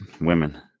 women